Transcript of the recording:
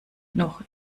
noch